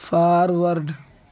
forward